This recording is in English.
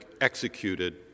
executed